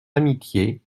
amitié